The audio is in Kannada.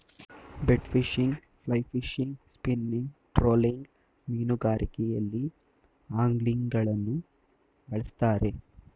bait fishing, fly fishing, spinning, trolling ಮೀನುಗಾರಿಕೆಯಲ್ಲಿ ಅಂಗ್ಲಿಂಗ್ಗಳನ್ನು ಬಳ್ಸತ್ತರೆ